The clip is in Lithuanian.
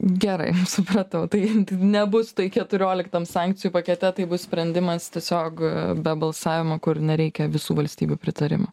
gerai supratau tai nebus tai keturioliktam sankcijų pakete tai bus sprendimas tiesiog be balsavimo kur nereikia visų valstybių pritarimo